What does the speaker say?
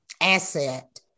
asset